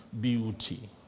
beauty